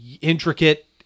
intricate